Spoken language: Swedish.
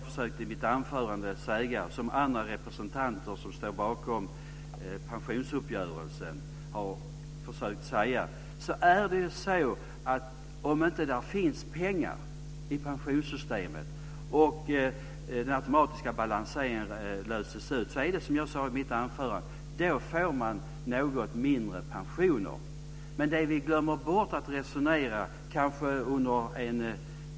Fru talman! Om det inte finns pengar i pensionssystemet och den automatiska balanseringen löses ut får man något mindre pensioner under en tid. Det försökte jag och andra representanter som står bakom pensionsuppgörelsen att säga.